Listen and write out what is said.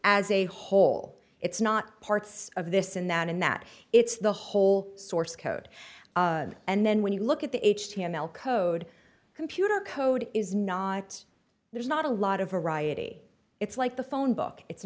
as a whole it's not parts of this and that in that it's the whole source code and then when you look at the h t m l code computer code is not there's not a lot of variety it's like the phone book it's